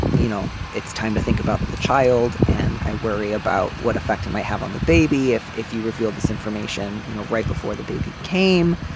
you know, it's time to think about the child and i worry about what effect it might have on the baby if if you reveal this information, you know, right before the baby came.